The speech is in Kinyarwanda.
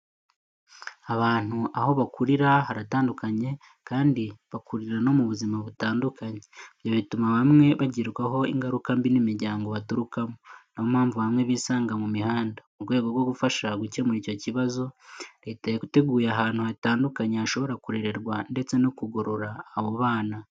Abantu aho bakurira haratandukanye kandi bakurira no mu buzima butandukanye. Ibyo bituma bamwe bagirwaho ingaruka mbi n'imiryango baturukamo. Ni yo mpamvu bamwe bisanga mu mihanda. Mu rwego rwo gufasha gukemura icyo kibazo, leta yateguye ahantu hatandukanye hashobora kurererwa ndetse no kugorora abo bana.